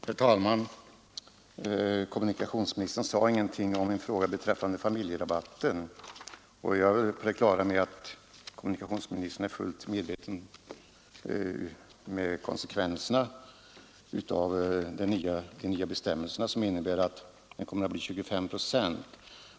Herr talman! Kommunikationsministern sade ingenting om min fråga beträffande familjerabatterna. Jag förstår att kommunikationsministern är fullt medveten om konsekvenserna av de nya bestämmelserna, som innebär att rabatten kommer att bli 25 procent.